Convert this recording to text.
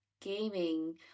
gaming